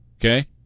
Okay